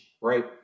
right